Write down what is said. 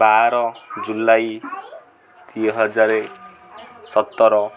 ବାର ଜୁଲାଇ ଦୁଇ ହଜାରେ ସତର